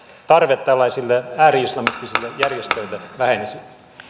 tarve tällaisille ääri islamistisille järjestöille vähenisi